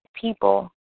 people